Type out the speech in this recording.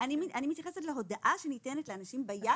אני מתייחסת להודעה שניתנת לאנשים ביד.